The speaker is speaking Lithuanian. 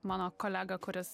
mano kolega kuris